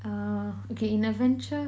uh okay in adventure